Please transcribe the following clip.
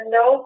no